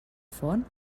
font